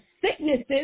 sicknesses